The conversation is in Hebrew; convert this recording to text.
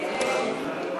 מי נמנע?